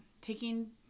taking